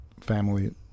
family